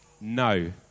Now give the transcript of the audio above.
No